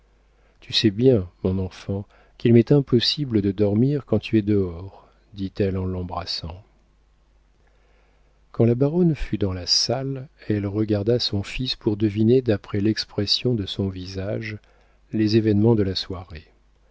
tu sais bien mon enfant qu'il m'est impossible de dormir quand tu es dehors dit elle en l'embrassant quand la baronne fut dans la salle elle regarda son fils pour deviner d'après l'expression de son visage les événements de la soirée